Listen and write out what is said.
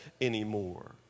anymore